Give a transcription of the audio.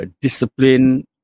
discipline